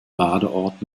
badeort